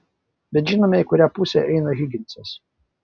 bet žinome į kurią pusę eina higinsas